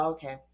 Okay